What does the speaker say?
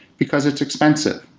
because it's expensive.